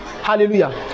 Hallelujah